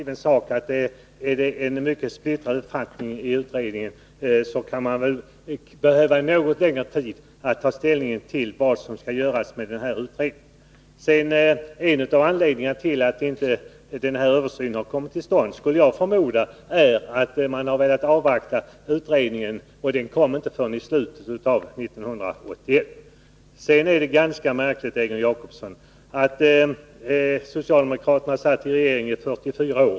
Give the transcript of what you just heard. Herr talman! Det är väl en given sak att om det förekommer splittrade uppfattningar i en utredning, så kan man behöva något längre tid för att ta ställning till vad som skall göras med anledning av utredningen. En av anledningarna till att den här översynen inte kommit till stånd skulle jag förmoda är att man velat avvakta utredningen, och den avgav inte sitt betänkande förrän i slutet av 1981. Sedan är det en sak som är ganska märklig, Egon Jacobsson. Socialdemokraterna satt i regeringsställning i 44 år.